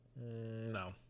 No